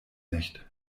nicht